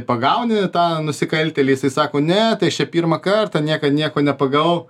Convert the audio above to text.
pagauni tą nusikaltėlį jisai sako ne tai aš čia pirmą kartą niekad nieko nepagavau